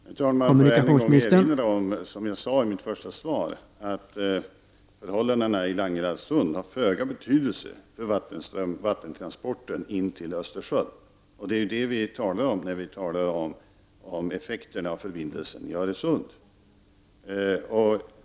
Herr talman! Jag vill erinra om det jag sade i mitt första anförande, att förhållandena i Langelandsund har föga betydelse för vattentransporten in till Östersjön. Det är det vi talar om när vi talar om effekterna av förbindelsen över Öresund.